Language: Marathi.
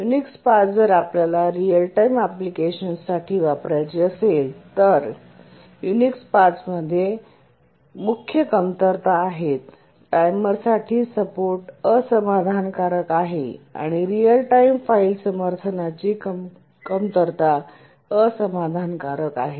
युनिक्स 5 जर आपल्याला रिअल टाइम अँप्लिकेशन्ससाठी वापरायची असेल तर युनिक्स 5 मध्ये मुख्य कमतरता आहेत टायमरसाठी सपोर्ट असमाधानकारक आहे आणि रीअल टाईम फाईल समर्थनाची कमतरता असमाधानकारक आहे